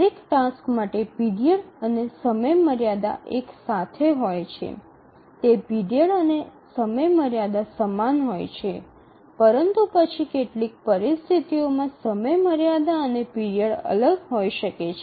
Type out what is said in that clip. દરેક ટાસ્ક માટે પીરિયડ અને સમયમર્યાદા એક સાથે હોય છે તે પીરિયડ અને સમયમર્યાદા સમાન હોય છે પરંતુ પછી કેટલીક પરિસ્થિતિઓમાં સમયમર્યાદા અને પીરિયડ અલગ હોઈ શકે છે